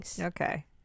Okay